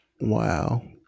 Wow